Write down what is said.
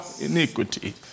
iniquity